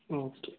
okay